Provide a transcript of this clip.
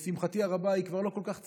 לשמחתי הרבה, היא כבר לא כל כך צעירה,